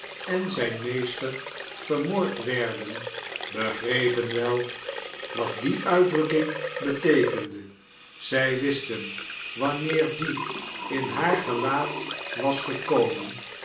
en zijn meester vermoord werden begrepen wel wat die uitdiukking beteekende zij wisten wanneer die in haar gelaat was gekomen